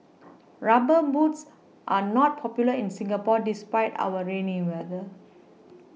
rubber boots are not popular in Singapore despite our rainy weather